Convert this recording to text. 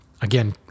again